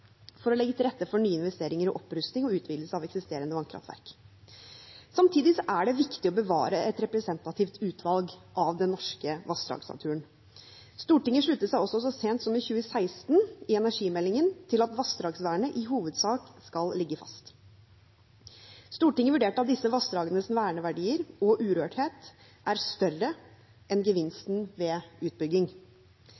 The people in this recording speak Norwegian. for vannkraft for å legge til rette for nye investeringer og opprustning og utvidelse av eksisterende vannkraftverk. Samtidig er det viktig å bevare et representativt utvalg av den norske vassdragsnaturen. Stortinget sluttet seg så sent som i 2016, i energimeldingen – Meld. St. 25 for 2015–2016 – til at vassdragsvernet i hovedsak skal ligge fast. Stortinget vurderte at disse vassdragenes verneverdier og urørthet er større